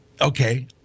okay